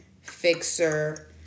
fixer